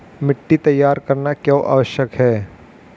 मिट्टी तैयार करना क्यों आवश्यक है?